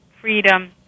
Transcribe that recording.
freedom